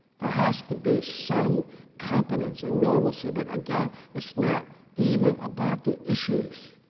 there has to be some competence and normalcy. but again, it's not even about the issues.